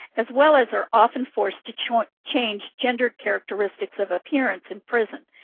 as well as they're often forced to change change gender characteristics of appearance and prison,